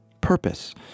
Purpose